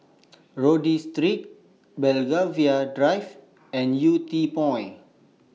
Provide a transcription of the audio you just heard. Rodyk Street Belgravia Drive and Yew Tee Point